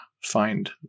find